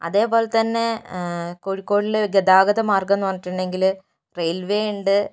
അതുപോലെത്തന്നെ കോഴിക്കോടിൽ ഗതാഗത മാർഗ്ഗം എന്നുപറഞ്ഞിട്ടുണ്ടെങ്കിൽ റെയിൽവേ ഉണ്ട്